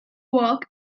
work